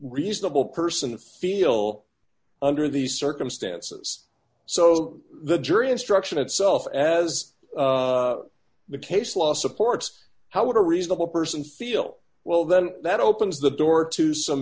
reasonable person feel under these circumstances so the jury instruction itself as the case law supports how would a reasonable person feel well then that opens the door to some